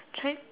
try